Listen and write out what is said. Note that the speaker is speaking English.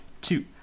two